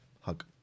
Hug